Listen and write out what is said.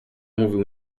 mówił